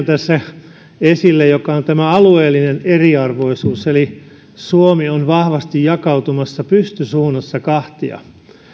tässä esille yhden asian joka on tämä alueellinen eriarvoisuus eli suomi on vahvasti jakautumassa pystysuunnassa kahtia